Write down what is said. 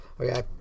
Okay